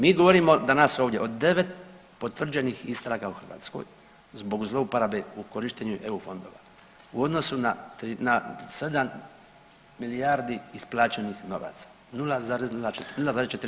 Mi govorimo danas ovdje o 9 potvrđenih istraga u Hrvatskoj zbog zlouporabe u korištenju EU fondova u odnosu na 7 milijardi isplaćenih novaca, 0,4%